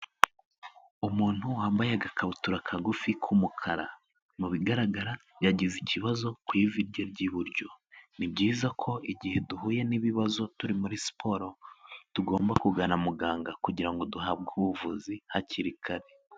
Umuntu wambaye agakabutura kagufi k'umukara, mu bigaragara yagize ikibazo ku ivi rye ry'iburyo. Ni byiza ko igihe duhuye n'ibibazo turi muri siporo tugomba kugana muganga kugira ngo duhabwe ubuvuzi hakiri kare.